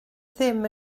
ddim